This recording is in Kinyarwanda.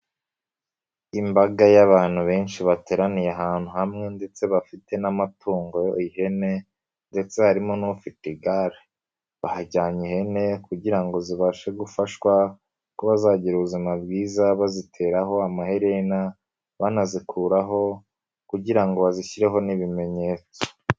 Imbaga y'abantu benshi bateraniye ahantu hamwe ndetse bafite n'amatungo ihene ndetse harimo n'ufite igare. Bahajyanye ihene kugira ngo zibashe gufashwa ko bazagira ubuzima bwiza baziteraho amaherena, banazikuraho kugira ngo bazishyireho n'ibimenyetso.